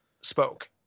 spoke